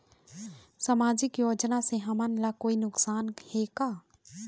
सामाजिक योजना से हमन ला कोई नुकसान हे का?